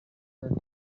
radio